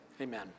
amen